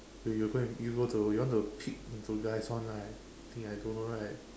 so you go and you go to you want to peep into guy's one right you think I don't know right